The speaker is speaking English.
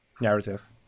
narrative